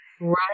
Right